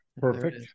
Perfect